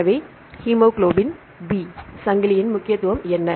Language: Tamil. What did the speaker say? எனவே ஹீமோகுளோபின் பி சங்கிலியின் முக்கியத்துவம் என்ன